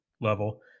level